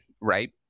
right